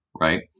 right